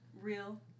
real